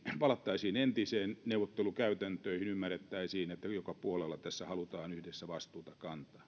palattaisiin entisiin neuvottelukäytäntöihin ja ymmärrettäisiin että joka puolella tässä halutaan yhdessä vastuuta kantaa arvoisa